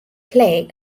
clay